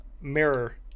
mirror